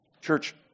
Church